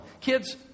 Kids